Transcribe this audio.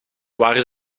waren